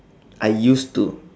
I used to